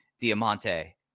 Diamante